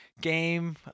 game